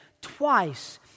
Twice